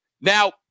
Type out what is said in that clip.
Now